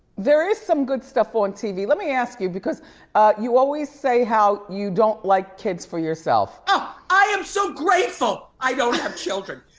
there is some good stuff on tv. let me ask you, because you always say how you don't like kids for yourself. oh, i am so grateful i don't have children.